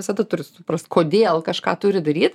visada turi suprast kodėl kažką turi daryt